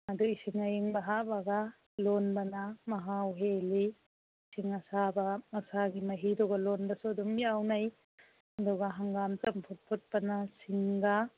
ꯑꯗꯨ ꯏꯁꯤꯡ ꯑꯏꯪꯕ ꯍꯥꯞꯂꯒ ꯂꯣꯟꯕꯅ ꯃꯍꯥꯎ ꯍꯦꯜꯂꯤ ꯏꯁꯤꯡ ꯑꯁꯥꯕ ꯃꯁꯥꯒꯤ ꯃꯍꯤꯗꯨꯅ ꯑꯗꯨꯝ ꯂꯣꯟꯕꯁꯨ ꯌꯥꯎꯅꯩ ꯑꯗꯨꯒ ꯍꯪꯒꯥꯝ ꯆꯝꯐꯨꯠ ꯐꯨꯠꯄꯅ ꯁꯤꯡꯒ